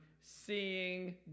seeing